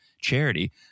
charity